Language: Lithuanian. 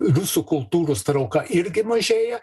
rusų kultūros trauka irgi mažėja